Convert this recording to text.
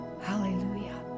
Hallelujah